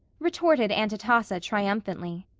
retorted aunt atossa triumphantly.